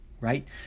right